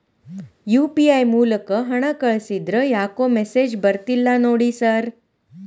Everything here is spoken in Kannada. ಯು.ಪಿ.ಐ ಮೂಲಕ ಹಣ ಕಳಿಸಿದ್ರ ಯಾಕೋ ಮೆಸೇಜ್ ಬರ್ತಿಲ್ಲ ನೋಡಿ ಸರ್?